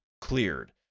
cleared